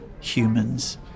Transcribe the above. humans